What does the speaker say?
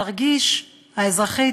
תרגיש האזרחית,